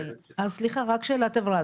רק שאלת הבהרה,